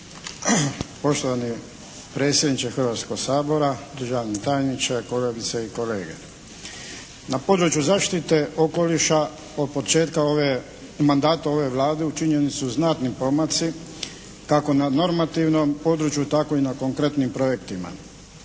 Poštovani predsjedniče Hrvatskog sabora, državni tajniče, kolegice i kolege. Na području zaštite okoliša od početka mandata ove Vlade učinjeni su znatni pomaci kako na normativnom području tako i na konkretnim projektima.